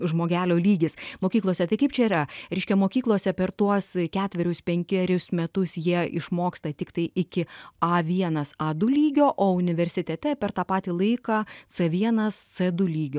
žmogelio lygis mokyklose tai kaip čia yra reiškia mokyklose per tuos ketverius penkerius metus jie išmoksta tiktai iki a vienas a du lygio o universitete per tą patį laiką c vienas c du lygio